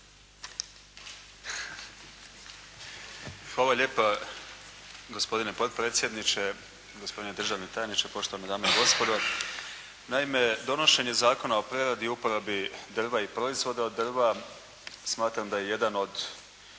Hvala lijepa gospodine potpredsjedniče, gospodine državni tajniče, poštovane dame i gospodo. Naime, donošenje Zakona o preradi i uporabi drva i proizvoda od drva smatram da je jedan od